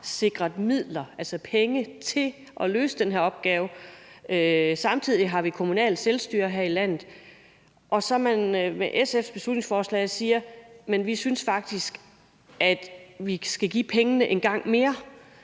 sikret midler, altså penge, til at løse den her opgave, samtidig med at der er kommunalt selvstyre her i landet, med SF's beslutningsforslag siger: Vi synes faktisk, at man skal give pengene en gang mere.